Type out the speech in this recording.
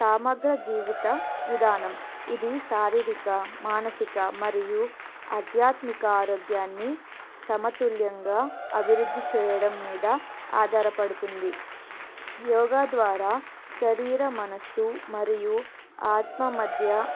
సమగ్ర జీవిత విధానం ఇది శారీరిక మానసిక మరియు ఆధ్యాత్మిక ఆరోగ్యాన్ని సమతుల్యంగా అభివృద్ధి చేయడం మీద ఆధారపడుతుంది యోగ ద్వారా శరీర మనసు మరియు ఆత్మమధ్య